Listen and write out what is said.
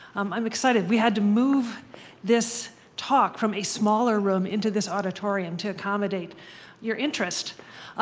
um i'm excited. we had to move this talk from a smaller room into this auditorium to accommodate your interest.